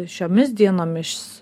šiomis dienomis